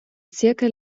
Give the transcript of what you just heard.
zirkel